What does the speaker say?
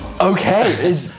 Okay